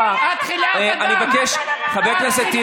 חבר הכנסת,